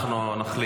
לא,